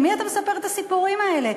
למי אתה מספר את הסיפורים האלה?